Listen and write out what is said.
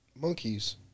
monkeys